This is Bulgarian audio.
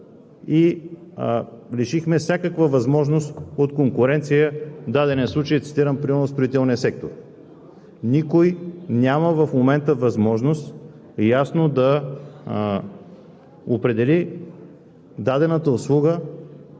и лишихме от всякаква възможност конкуренцията, а в дадения случай примерно е строителният сектор. Никой няма в момента възможност ясно да определи дадената услуга